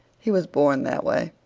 he was born that way.